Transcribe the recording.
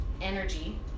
energy